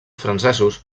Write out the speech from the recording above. francesos